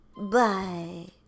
Bye